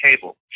cable